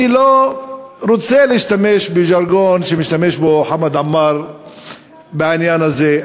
אני לא רוצה להשתמש בז'רגון שמשתמש בו חמד עמאר בעניין הזה.